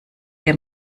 der